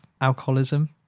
alcoholism